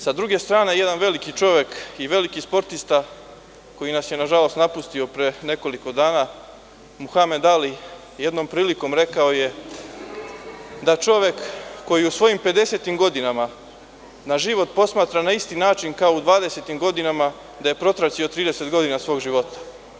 Sa druge strane jedan veliki čovek i veliki sportista koji nas je nažalost napustio pre nekoliko dana, Muhamed Ali je jednom prilikom rekao da čovek koji u svojim pedesetim godinama na život posmatra na isti način kao u dvadesetim godina je protraćio 30 godina svog života.